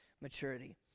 maturity